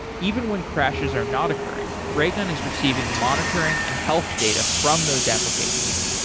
even when crashes are not occurring, raygun is receiving monitoring and health data from those applications.